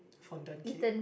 fondant cake